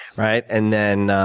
right? and then,